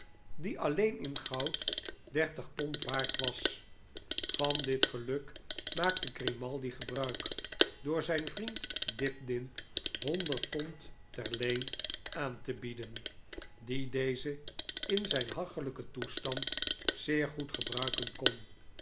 die alleen in goud dertig pond waard was van dit geluk maakte grimaldi gebruik door zijn vriend dibdin honderd pond ter leenaan te bieden die deze in zijn hachelijken toestand zeer goed gebruiken kon